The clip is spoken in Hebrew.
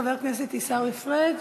חבר הכנסת עיסאווי פריג'.